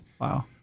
Wow